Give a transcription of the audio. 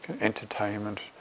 entertainment